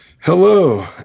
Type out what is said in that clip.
Hello